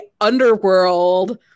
underworld